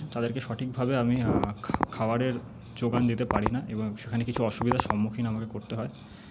তাদেরকে সঠিকভাবে আমি খা খাবারের যোগান দিতে পারি না এবং সেখানে কিছু অসুবিধার সম্মুখীন আমাকে করতে হয়